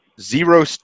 zero